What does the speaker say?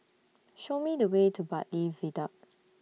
Show Me The Way to Bartley Viaduct